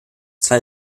zwei